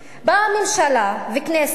באו הממשלה והכנסת